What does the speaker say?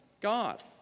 God